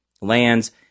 lands